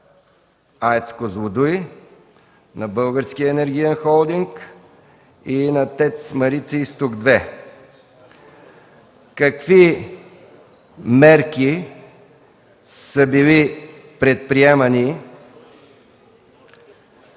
АЕЦ „Козлодуй”, на Българския енергиен холдинг и на ТЕЦ „Марица изток 2”; какви мерки са били предприемани